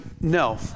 no